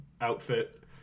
outfit